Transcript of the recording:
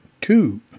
two